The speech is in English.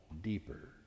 deeper